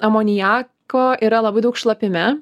amoniako yra labai daug šlapime